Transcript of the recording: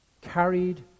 carried